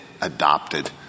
adopted